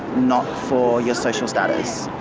not for your social status.